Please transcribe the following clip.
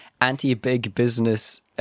Anti-big-business